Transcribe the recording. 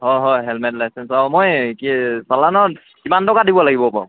অঁ হয় helmet licence আৰু মই কি চালানত কিমান টকা দিব লাগিব বাৰু